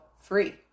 free